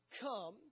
come